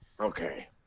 okay